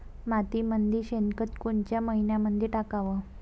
मातीमंदी शेणखत कोनच्या मइन्यामंधी टाकाव?